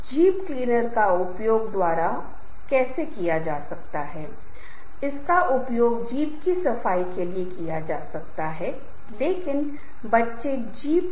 सामंजस्य यह बहुत महत्वपूर्ण है समूह के सदस्यों के संबंध को संदर्भित करता है या एकता में एक संघ की भावना एक दूसरे के लिए आकर्षण की भावना और समूह का हिस्सा बने रहने की इच्छा होनी चाहिए